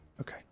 Okay